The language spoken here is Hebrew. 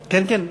כן כן,